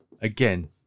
Again